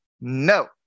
No